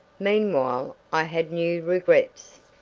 meanwhile i had new regrets.